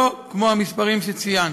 לא כמו המספרים שציינת.